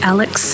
Alex